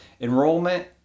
Enrollment